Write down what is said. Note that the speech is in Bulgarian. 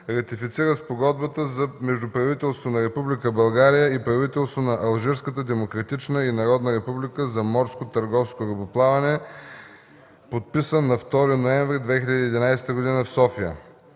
Ратифицира Спогодбата между правителството на Република България и правителството на Алжирската демократична и народна република за морско търговско корабоплаване, подписана на 2 ноември 2011 г. в София.